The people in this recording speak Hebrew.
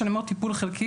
כשאני אומרת טיפול חלקי,